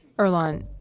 earlonne,